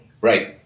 Right